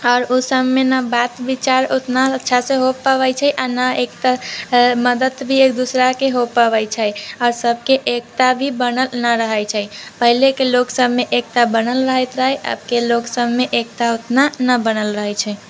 आओर ओ सबमे नहि बात विचार नहि अच्छा से हो पाबै छै आओर नहि एकता मदति भी एक दोसराके हो पबै छै आओर सबके एकता भी बनल नहि रहै छै पहिलेके लोकसबमे एकता बनल रहैत रहै आबके लोकसबमे एकता ओतना नहि बनल रहै छै